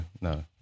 no